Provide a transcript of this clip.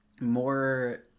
more